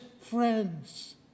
friends